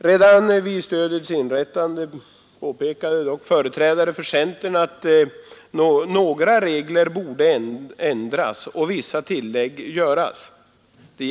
Redan vid dess inrättande påpekade dock företrädare för centern att några regler borde ändras och vissa tillägg göras.